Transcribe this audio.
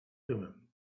thummim